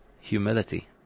humility